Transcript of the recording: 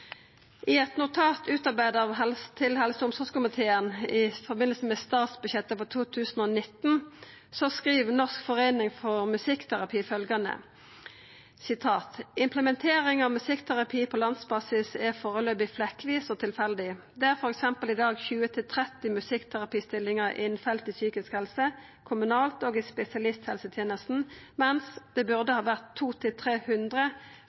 I eit notat utarbeidd til helse- og omsorgskomiteen i samband med statsbudsjettet for 2019 skriv Norsk Forening For Musikkterapi at implementering av musikkterapi på landsbasis foreløpig er flekkvis og tilfeldig, og at det i dag er f.eks. 20–30 musikkterapistillingar innan psykisk helse, kommunalt og i spesialisthelsetenesta, mens det